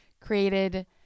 created